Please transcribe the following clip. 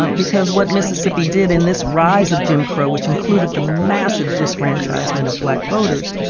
um because what mississippi did in this rise of jim crow, which included the massive disfranchisement of black voters,